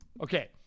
Okay